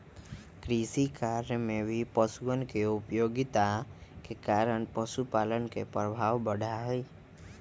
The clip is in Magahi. कृषिकार्य में भी पशुअन के उपयोगिता के कारण पशुपालन के प्रभाव बढ़ा हई